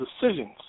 decisions